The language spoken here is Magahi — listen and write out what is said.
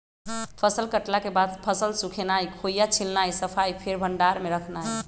फसल कटला के बाद फसल सुखेनाई, खोइया छिलनाइ, सफाइ, फेर भण्डार में रखनाइ